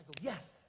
yes